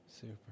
super